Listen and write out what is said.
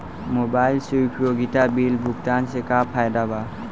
Mobile से उपयोगिता bill भुगतान से का फायदा बा?